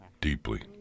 deeply